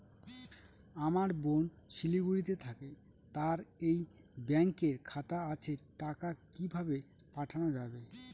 আমার বোন শিলিগুড়িতে থাকে তার এই ব্যঙকের খাতা আছে টাকা কি ভাবে পাঠানো যাবে?